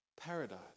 Paradise